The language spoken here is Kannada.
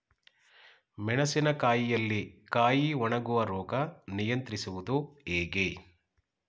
ಮೆಣಸಿನ ಕಾಯಿಯಲ್ಲಿ ಕಾಯಿ ಒಣಗುವ ರೋಗ ನಿಯಂತ್ರಿಸುವುದು ಹೇಗೆ?